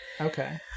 Okay